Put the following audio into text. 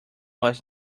was